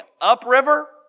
upriver